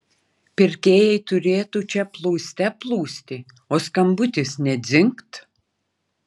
pirkėjai turėtų čia plūste plūsti o skambutis nė dzingt